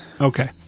Okay